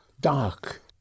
dark